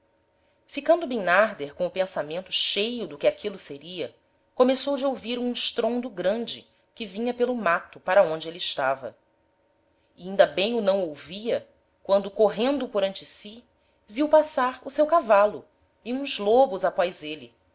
ficando bimnarder com o pensamento cheio do que aquilo seria começou de ouvir um estrondo grande que vinha pelo mato para onde ele estava e inda bem o não ouvia quando correndo por ante si viu passar o seu cavalo e uns lobos após êle